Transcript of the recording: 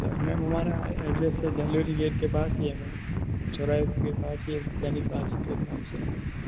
ma'am हमारा address है Dhalori gate के पास ही है मैम चौराहे के पास ही है दैनिक भास्कर नाम से